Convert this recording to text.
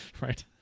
Right